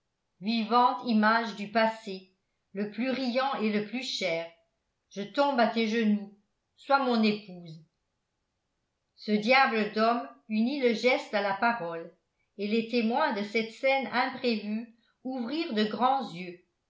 vivante image du passé le plus riant et le plus cher je tombe à tes genoux sois mon épouse ce diable d'homme unit le geste à la parole et les témoins de cette scène imprévue ouvrirent de grands yeux